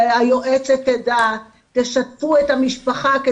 שהיועצת תדע, תשתפו את המשפחה.